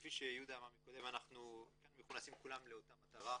כפי שיהודה אמר מקודם אנחנו כולנו מכונסים כאן לאותה מטרה.